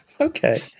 Okay